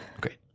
Great